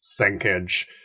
sinkage